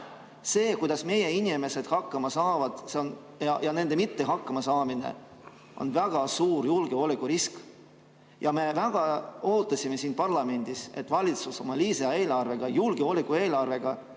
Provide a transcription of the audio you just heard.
See, kuidas meie inimesed hakkama saavad, ja nende mittehakkamasaamine on väga suur julgeolekurisk. Me väga ootasime siin parlamendis, et valitsus oma lisaeelarves, julgeolekueelarves,